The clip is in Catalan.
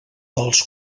els